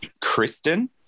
Kristen